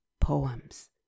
poems